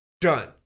done